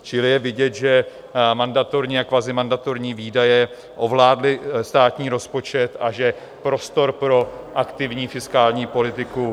Čili je vidět, že mandatorní a kvazimandatorní výdaje ovládly státní rozpočet a že prostor pro aktivní fiskální politiku...